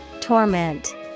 Torment